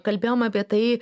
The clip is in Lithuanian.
kalbėjom apie tai